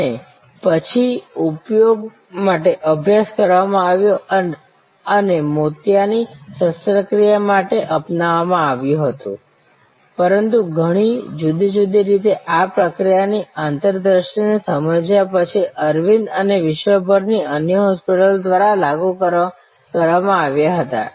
અને પછી ઉપયોગ માટે અભ્યાસ કરવામાં આવ્યો આને મોતિયાની શસ્ત્રક્રિયા માટે અપનાવવામાં આવ્યું હતું પરંતુ ઘણી જુદી જુદી રીતે આ પ્રક્રિયાની આંતરદૃષ્ટિને સમજયા પછી અરવિંદ અને વિશ્વભરની અન્ય હોસ્પિટલો દ્વારા લાગુ કરવામાં આવ્યા હતા